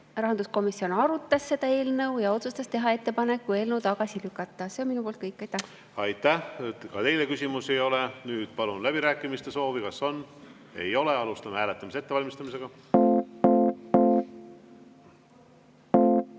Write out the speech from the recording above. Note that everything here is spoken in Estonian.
Rahanduskomisjon arutas seda eelnõu ja otsustas teha ettepaneku eelnõu tagasi lükata. See on minu poolt kõik. Aitäh! Aitäh! Ka teile küsimusi ei ole. Nüüd küsin, kas läbirääkimiste soovi on. Ei ole. Alustame hääletamise ettevalmistamist.